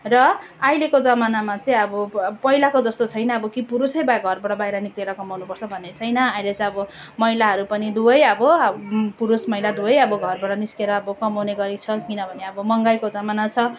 र अहिलेको जमानामा चाहिँ अब पहिलाको जस्तो छैन अब कि पुरुषै वा घरबाट बाहिर निस्केर कमाउनु पर्छ भन्ने छैन अहिले चाहिँ अब महिलाहरू पनि दुवै अब पुरुष महिला दुवै घरबाट निस्केर अब कमाउने गरेको छ किनभने अब महँगाइको जमाना छ